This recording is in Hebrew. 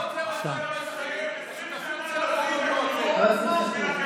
למה הוא עוצר אותך ולא את --- את השותפים שלו למה הוא לא עוצר?